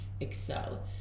excel